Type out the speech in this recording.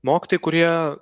mokytojai kurie